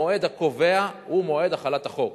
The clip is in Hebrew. המועד הקובע הוא מועד החלת החוק.